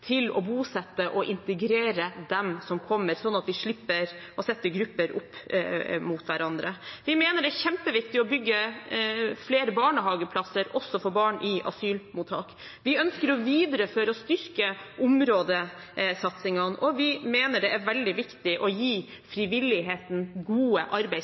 til å bosette og integrere dem som kommer, slik at vi slipper å sette grupper opp mot hverandre. Vi mener det er kjempeviktig å bygge flere barnehageplasser også for barn i asylmottak. Vi ønsker å videreføre og styrke områdesatsingene, og vi mener det er veldig viktig å gi frivilligheten gode